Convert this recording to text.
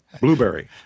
Blueberry